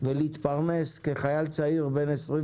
ולהתפרנס כחייל צעיר בן 21,